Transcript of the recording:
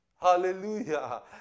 Hallelujah